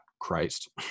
Christ